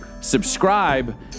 subscribe